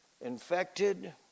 infected